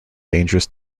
dangerous